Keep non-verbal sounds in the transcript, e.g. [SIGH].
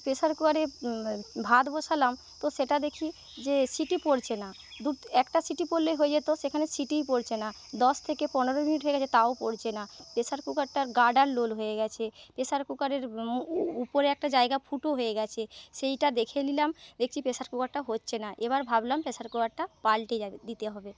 pressure কুকারে ভাত বসালাম তো সেটা দেখি যে সিটি পড়ছে না দু একটা সিটি পড়লেই হয়ে যেত সেখানে সিটিই পড়ছে না দশ থেকে পনেরো মিনিট হয়ে গেছে তাও পড়ছে না প্রেসার কুকারটার গার্ডার লোল হয়ে গেছে প্রেসার কুকারের উউ ওপরে একটা জায়গা ফুটো হয়ে গেছে সেইটা দেখে নিলাম দেখছি প্রেসার কুকারটা হচ্ছে না এবার ভাবলাম প্রেসার কুকারটা পাল্টে [UNINTELLIGIBLE] দিতে হবে